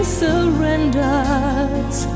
surrenders